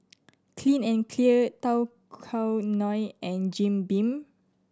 Clean and Clear Tao Kae Noi and Jim Beam